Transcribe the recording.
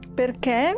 perché